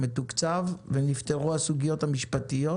מתוקצב ונפתרו הסוגיות המשפטיות.